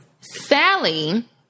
Sally